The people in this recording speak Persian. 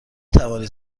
توانید